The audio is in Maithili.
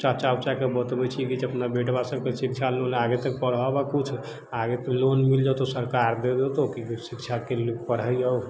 आब चाचा वाचाके बतबै छियै कि जे अपना बेटवा सबके शिक्षा लोन आगे तक पढ़ाबऽ कुछ आगे लोन मिल जेतौ सरकार दे देतौ शिक्षाके